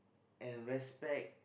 and respect